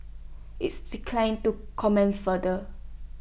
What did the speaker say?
is declined to comment further